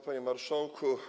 Panie Marszałku!